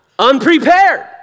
unprepared